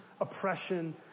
oppression